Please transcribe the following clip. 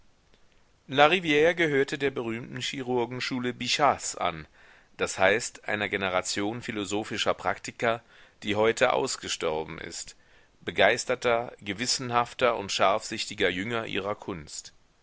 larivire gehörte der berühmten chirurgenschule bichats an das heißt einer generation philosophischer praktiker die heute ausgestorben ist begeisterter gewissenhafter und scharfsichtiger jünger ihrer kunst